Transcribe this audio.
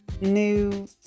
new